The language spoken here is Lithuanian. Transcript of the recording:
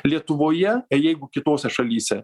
lietuvoje jeigu kitose šalyse